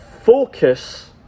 focus